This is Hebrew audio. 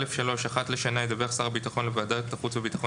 (א3)אחת לשנה ידווח שר הביטחון לוועדת החוץ והביטחון